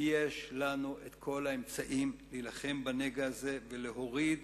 ויש לנו כל האמצעים להילחם בנגע הזה ולהוריד